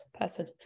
person